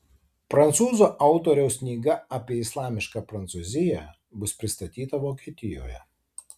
prancūzų autoriaus knyga apie islamišką prancūziją bus pristatyta vokietijoje